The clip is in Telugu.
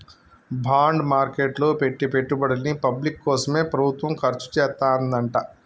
బాండ్ మార్కెట్ లో పెట్టే పెట్టుబడుల్ని పబ్లిక్ కోసమే ప్రభుత్వం ఖర్చుచేత్తదంట